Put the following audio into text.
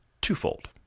twofold